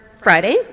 Friday